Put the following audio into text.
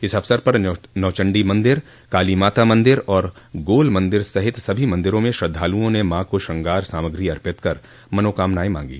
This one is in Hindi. इस अवसर पर नौचंडी मन्दिर कालीमाता मंदिर और और गोल मंदिर सहित सभी मंदिरों में श्रद्वालुओं ने मां को श्रृंगार सामग्रो अर्पित कर मनोकामनायें मांगी